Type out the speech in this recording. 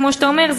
כמו שאתה אומר,